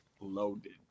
Loaded